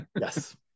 Yes